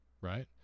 right